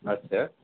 আচ্ছা